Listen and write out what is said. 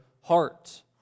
heart